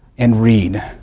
and read.